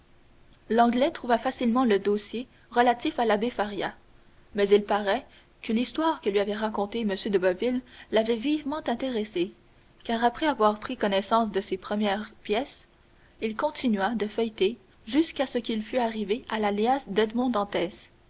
l'anglais trouva facilement le dossier relatif à l'abbé faria mais il paraît que l'histoire que lui avait racontée m de boville l'avait vivement intéressé car après avoir pris connaissance de ces premières pièces il continua de feuilleter jusqu'à ce qu'il fût arrivé à la liasse